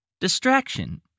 Distraction